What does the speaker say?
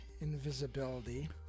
invisibility